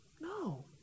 No